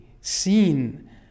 seen